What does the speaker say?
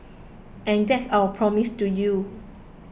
and that's our promise to you